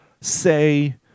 say